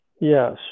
Yes